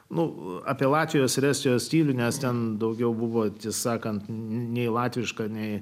nuo apie latvijos ir estijos tyli nes ten daugiau buvo atsisakant nei latviška nei